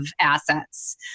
assets